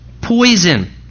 poison